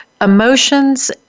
emotions